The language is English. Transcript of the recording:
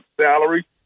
salary